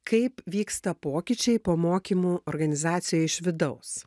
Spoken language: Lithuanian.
kaip vyksta pokyčiai po mokymų organizacijoj iš vidaus